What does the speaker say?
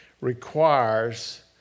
requires